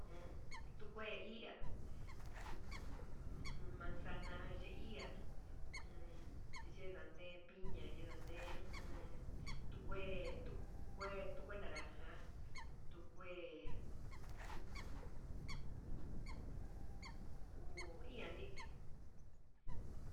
Nuu tukue iha manzana ye ihá uun yendande piña yendande ujun tu kué, tu kué naranja tu kué hu iha ni'í.